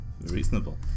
Reasonable